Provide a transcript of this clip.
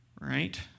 right